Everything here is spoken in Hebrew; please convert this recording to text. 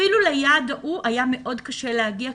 אפילו ליעד ההוא היה קשה מאוד להגיע,